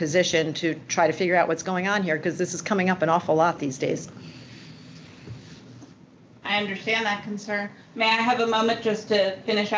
position to try to figure out what's going on here because this is coming up an awful lot these days i understand that concern me i have a moment just to finish